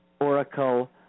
Oracle